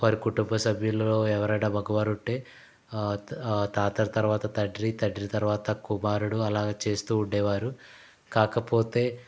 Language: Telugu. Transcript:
వారి కుటుంబసభ్యులలో ఎవరైన మగవారు ఉంటే తాతల తర్వాత తండ్రి తండ్రి తర్వాత కుమారుడు అలాగా చేస్తూ ఉండేవారు కాకపోతే